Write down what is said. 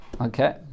okay